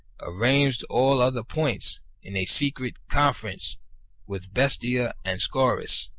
arranged all other points in a secret con ference with bestia and scaurus.